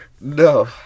No